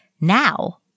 now